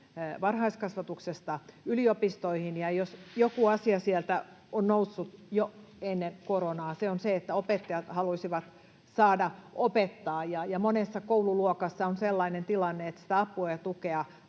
varhaiskasvatuksesta yliopistoihin, ja jos joku asia sieltä on noussut jo ennen koronaa, se on se, että opettajat haluaisivat saada opettaa, ja monessa koululuokassa on sellainen tilanne, että sitä apua ja tukea